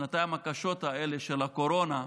בשנתיים הקשות האלה של הקורונה,